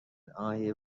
ناحیه